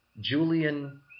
Julian